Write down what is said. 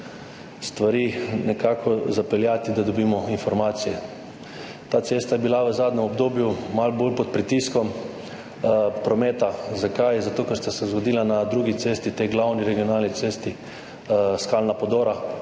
stvari zapeljati, da dobimo informacije. Ta cesta je bila v zadnjem obdobju malo bolj pod pritiskom prometa. Zakaj? Zato ker sta se zgodila na drugi cesti, glavni regionalni cesti skalna podora